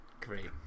Great